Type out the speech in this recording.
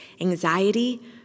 anxiety